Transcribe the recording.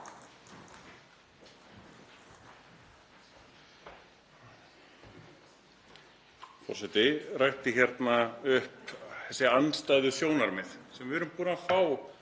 Forseti rakti hérna þessi andstæðu sjónarmið sem við erum búin að fá